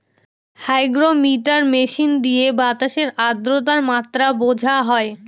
hygrometer machine দিয়ে বাতাসের আদ্রতার মাত্রা বোঝা হয়